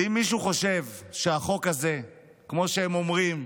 ואם מישהו חושב שהחוק הזה, כמו שהם אומרים: